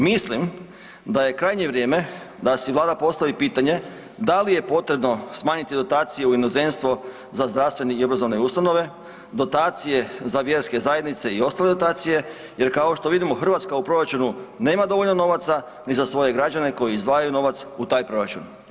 Mislim da je krajnje vrijeme da si Vlada postavi pitanje da li je potrebno smanjiti dotacije u inozemstvo za zdravstvene i obrazovne ustanove, dotacije za vjerske zajednice i ostale dotacije jer kao što vidimo Hrvatska u proračunu nema dovoljno novaca ni za svoje građane koji izdvajaju novac u taj proračun.